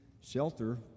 shelter